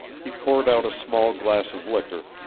he poured out a small glass of liquor,